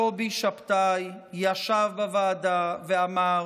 האמת היא שרב-ניצב קובי שבתאי ישב בוועדה ואמר